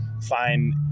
find